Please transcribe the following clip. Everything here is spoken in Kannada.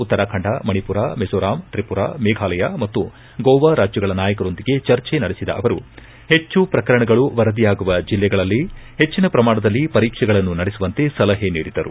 ಉತ್ತರಾಖಂಡ ಮಣಿಪುರ ಮಿಜೋರಾಮ್ ತ್ರಿಪುರ ಮೇಘಾಲಯ ಮತ್ತು ಗೋವಾ ರಾಜ್ಗಗಳ ನಾಯಕರೊಂದಿಗೆ ಚರ್ಚೆ ನಡೆಸಿದ ಅವರು ಪೆಚ್ಚು ಪ್ರಕರಣಗಳು ವರದಿಯಾಗುವ ಜಿಲ್ಲೆಗಳಲ್ಲಿ ಹೆಚ್ಚಿನ ಪ್ರಮಾಣದಲ್ಲಿ ಪರೀಕ್ಷೆಗಳನ್ನು ನಡೆಸುವಂತೆ ಸಲಹೆ ನೀಡಿದರು